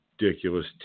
ridiculous